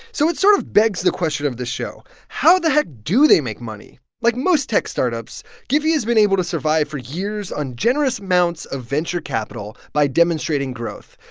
so it sort of begs the question of this show. how the heck do they make money? like most tech startups, giphy has been able to survive for years on generous amounts of venture capital by demonstrating growth.